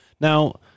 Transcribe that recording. Now